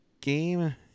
game